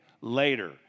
later